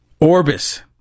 Orbis